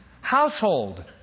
household